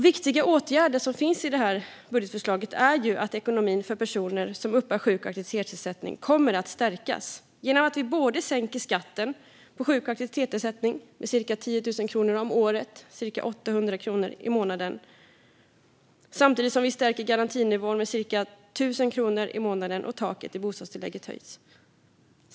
Viktiga åtgärder som finns i det här budgetförslaget är att ekonomin för personer som uppbär sjuk och aktivitetsersättning kommer att stärkas genom att vi både sänker skatten på sjuk och aktivitetsersättning med cirka 10 000 kronor om året, alltså cirka 800 kronor i månaden, samtidigt som vi stärker garantinivån med cirka 1 000 kronor i månaden och höjer taket i bostadstillägget.